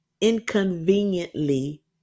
Inconveniently